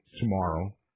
tomorrow